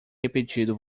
repetido